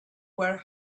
were